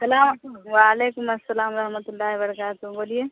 سلام وعلیکم السلام و رحمت اللہ برکاتو بولیے